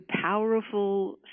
powerful